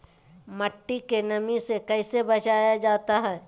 मट्टी के नमी से कैसे बचाया जाता हैं?